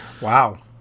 Wow